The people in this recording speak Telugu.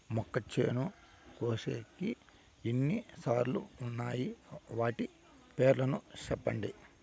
మొక్కచేను కోసేకి ఎన్ని సామాన్లు వున్నాయి? వాటి పేర్లు సెప్పండి?